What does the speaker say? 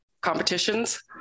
competitions